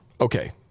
Okay